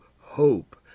hope